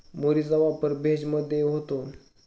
मुरीचा वापर भेज मधेही होतो